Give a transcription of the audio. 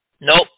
Nope